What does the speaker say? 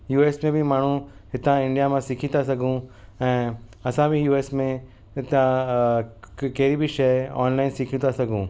U S में बि माण्हू हितां इंडिया मां सिखी था सघूं ऐं असां बि यू एस में हितां कहिड़ी बि शइ ऑनलाइन सिखी था सघूं